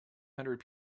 hundred